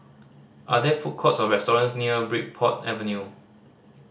are there food courts or restaurants near Bridport Avenue